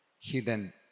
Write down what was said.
hidden